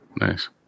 Nice